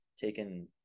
taken